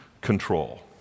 control